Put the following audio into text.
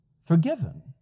forgiven